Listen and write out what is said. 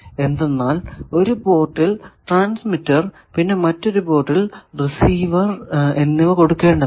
എന്തെന്നാൽ ഒരു പോർട്ടിൽ ട്രാൻസ്മിറ്റർ പിന്നെ മറ്റൊരു പോർട്ടിൽ റിസീവർ എന്നിവ കൊടുക്കേണ്ടതാണ്